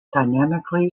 dynamically